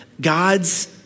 God's